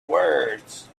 words